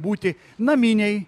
būti naminiai